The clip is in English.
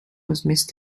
was